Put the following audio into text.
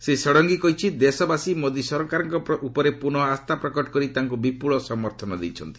ଶ୍ରୀ ଷଡ଼ଙ୍ଗୀ କହିଛନ୍ତି ଦେଶବାସୀ ମୋଦୀ ସରକାରଙ୍କ ଉପରେ ପ୍ରନଃ ଆସ୍ଥା ପ୍ରକଟ କରି ତାଙ୍କୁ ବିପୁଳ ସମର୍ଥନ ଦେଇଛନ୍ତି